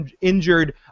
injured